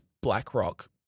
BlackRock